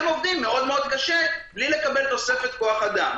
והם עובדים מאוד מאוד קשה בלי לקבל תוספת כוח אדם.